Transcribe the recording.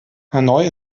hanoi